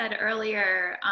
earlier